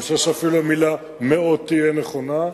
אני חושב שאפילו המלה "מאות" תהיה נכונה,